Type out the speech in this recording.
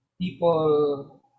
people